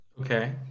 okay